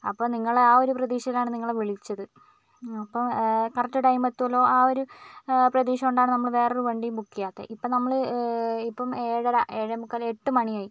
അപ്പോൾ നിങ്ങളെ ആ ഒരു പ്രതീക്ഷയിലാണ് നിങ്ങളെ വിളിച്ചത് അപ്പോൾ കറക്റ്റ് ടൈം എത്തുലോ ആ ഒരു പ്രതീക്ഷ കൊണ്ടാണ് നമ്മൾ വേറൊരു വണ്ടിയും ബുക്ക് ചെയ്യാത്തത് ഇപ്പോൾ നമ്മൾ ഇപ്പം ഏഴര ഏഴേമുക്കാൽ എട്ടുമണിയായി